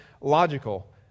logical